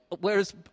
Whereas